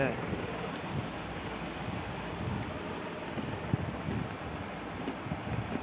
सहर म कोकरो घर म जाबे त बने सुग्घर सुघ्घर फूल के पउधा लगे रथे